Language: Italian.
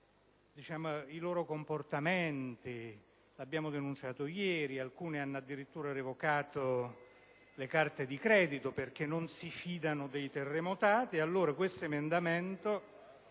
i loro comportamenti; lo abbiamo denunciato ieri: alcune banche hanno addirittura revocato le carte di credito perché non si fidano dei terremotati. Questo emendamento